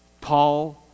Paul